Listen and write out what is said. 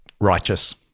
Righteous